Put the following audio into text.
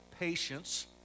Patience